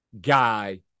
guy